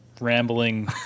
rambling